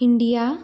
India